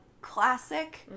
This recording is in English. classic